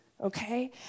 okay